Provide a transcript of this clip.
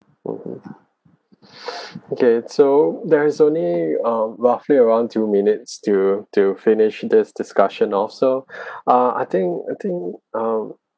mmhmm okay so there is only a roughly around two minutes to to finish this discussion off so ah I think I think um